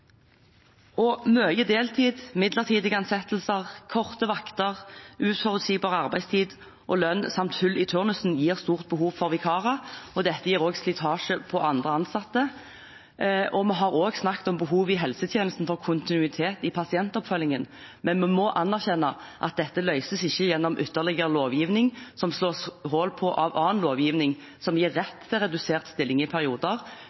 Mye deltid, midlertidige ansettelser, korte vakter, uforutsigbar arbeidstid og lønn samt hull i turnusen gir stort behov for vikarer, og dette gir også slitasje på andre ansatte. Vi har også snakket om behovet i helsetjenesten for kontinuitet i pasientoppfølgingen. Vi må likevel anerkjenne at dette ikke løses gjennom ytterligere lovgivning som slås hull på av annen lovgivning som gir rett til redusert stilling i perioder.